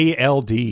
ALD